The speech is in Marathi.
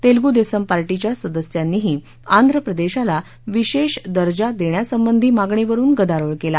तेलगू देसम पार्टीच्या सदस्यांनीही आंध्रपदेशाला विशेष दर्जा देण्यासंबंधी मागणीवरुन गदारोळ केला